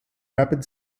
rapid